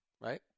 right